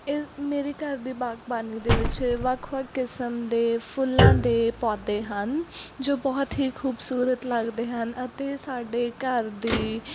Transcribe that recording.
ਇਹ ਮੇਰੇ ਘਰ ਦੀ ਬਾਗਬਾਨੀ ਦੇ ਵਿੱਚ ਇਹ ਵੱਖ ਵੱਖ ਕਿਸਮ ਦੇ ਫੁੱਲਾਂ ਦੇ ਪੌਦੇ ਹਨ ਜੋ ਬਹੁਤ ਹੀ ਖੂਬਸੂਰਤ ਲੱਗਦੇ ਹਨ ਅਤੇ ਸਾਡੇ ਘਰ ਦੀ